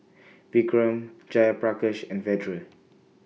Vikram Jayaprakash and Vedre